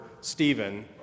Stephen